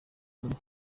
muri